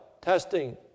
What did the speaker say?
testing